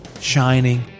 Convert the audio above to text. shining